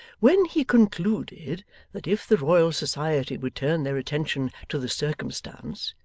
when he concluded that if the royal society would turn their attention to the circumstance,